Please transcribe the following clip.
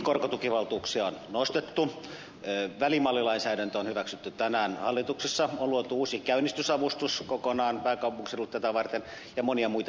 korkotukivaltuuksia on nostettu välimallilainsäädäntö on hyväksytty tänään hallituksessa on luotu uusi käynnistysavustus kokonaan pääkaupunkiseudulle tätä varten ja monia muita tekijöitä